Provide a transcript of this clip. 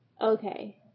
okay